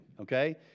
Okay